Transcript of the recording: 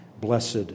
blessed